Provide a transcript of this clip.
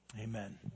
Amen